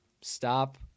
Stop